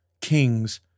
kings